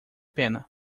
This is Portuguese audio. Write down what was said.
pena